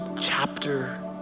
chapter